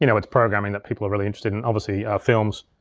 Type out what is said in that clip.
you know it's programming that people are really interested in, obviously films.